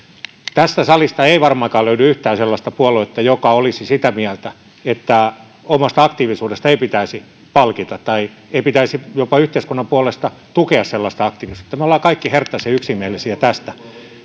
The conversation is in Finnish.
tästä salista ei varmaankaan löydy yhtään sellaista puoluetta joka olisi sitä mieltä että omasta aktiivisuudesta ei pitäisi palkita tai ei pitäisi jopa yhteiskunnan puolesta tukea sellaista aktiviisuutta me olemme kaikki herttaisen yksimielisiä tästä